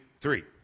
three